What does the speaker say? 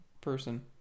Person